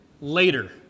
later